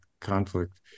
conflict